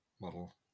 model